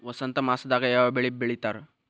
ವಸಂತ ಮಾಸದಾಗ್ ಯಾವ ಬೆಳಿ ಬೆಳಿತಾರ?